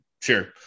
Sure